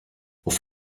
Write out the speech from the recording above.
auf